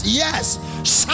yes